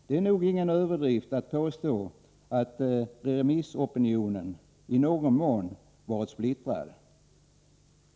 Det är nog ingen överdrift att påstå att remissopinionen i någon mån varit splittrad.